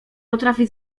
potrafi